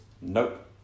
nope